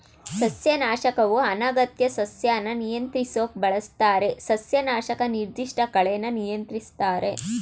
ಸಸ್ಯನಾಶಕವು ಅನಗತ್ಯ ಸಸ್ಯನ ನಿಯಂತ್ರಿಸೋಕ್ ಬಳಸ್ತಾರೆ ಸಸ್ಯನಾಶಕ ನಿರ್ದಿಷ್ಟ ಕಳೆನ ನಿಯಂತ್ರಿಸ್ತವೆ